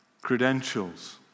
credentials